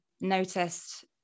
noticed